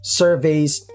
surveys